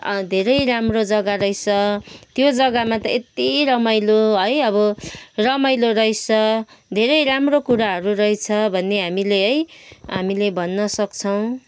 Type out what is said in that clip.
धेरै राम्रो जग्गा रहेछ त्यो जग्गामा त यति रमाइलो है अब रमाइलो रहेछ धेरै राम्रो कुराहरू रहेछ भन्ने हामीले है हामीले भन्नसक्छौँ